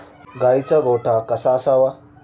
गाईचा गोठा कसा असावा?